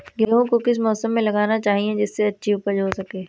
गेहूँ को किस मौसम में लगाना चाहिए जिससे अच्छी उपज हो सके?